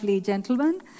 gentleman